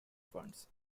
funds